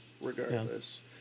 regardless